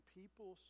people